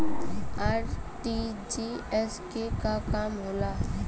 RTGS के का काम होला?